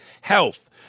Health